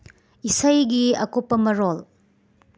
ꯏꯁꯩꯒꯤ ꯑꯀꯨꯞꯄ ꯃꯔꯣꯜ